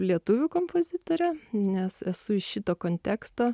lietuvių kompozitorę nes esu iš šito konteksto